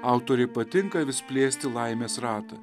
autorei patinka vis plėsti laimės ratą